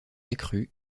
accrue